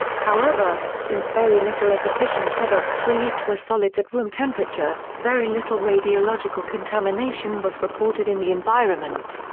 however, since very little of the fission products released were solids at room temperature, very little radiological contamination was reported in the environment.